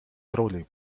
trolley